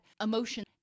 emotion